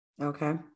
Okay